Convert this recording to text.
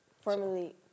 formerly